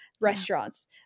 restaurants